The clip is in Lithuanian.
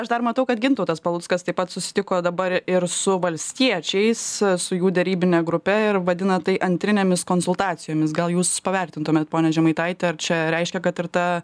aš dar matau kad gintautas paluckas taip pat susitiko dabar ir su valstiečiais su jų derybine grupe ir vadina tai antrinėmis konsultacijomis gal jūs vertintumėt pone žemaitaiti ar čia reiškia kad ir ta